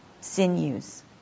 sinews